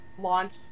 launch